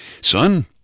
Son